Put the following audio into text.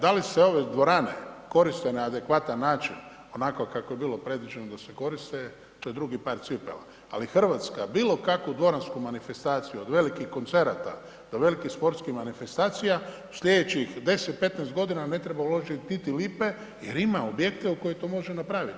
Da li se ove dvorane koriste na adekvatan način onako kako je bilo predviđeno da se koriste, to je drugi par cipela, ali Hrvatska, bilo kakvu dvoransku manifestaciju, od velikih koncerata do velikih sportskih manifestacija, sljedećih 10, 15 godina ne treba uložiti niti lipe jer ima objekte u kojima to može napraviti.